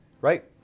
right